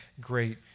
great